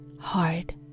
hard